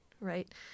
Right